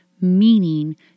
meaning